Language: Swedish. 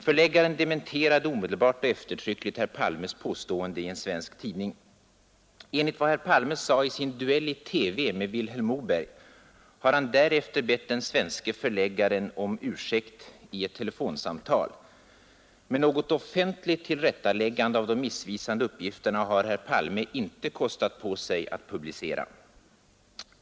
Förläggaren dementerade omedelbart och eftertryckligt herr Palmes påstående i en svensk tidning. Enligt vad herr Palme sade i sin duell i TV med Vilhelm Moberg har han därefter bett den svenske förläggaren om ursäkt i ett telefonsamtal, men något offentligt tillrättaläggande av de missvisande uppgifterna har herr Palme inte kostat på sig att publicera.